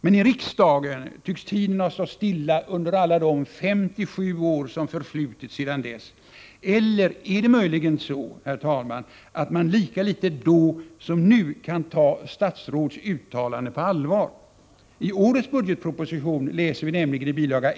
Men i riksdagen tycks tiden ha stått stilla under alla de 57 år som förflutit sedan dess. Eller är det möjligen så, herr talman, att man lika litet då som nu kunde ta statsråds uttalanden på allvar? I årets budgetproposition läser vi nämligen i bil.